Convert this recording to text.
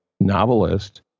novelist